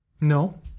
no